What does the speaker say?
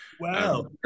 wow